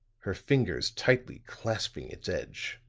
her fingers tightly clasping its edge.